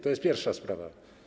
To jest pierwsza sprawa.